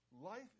Life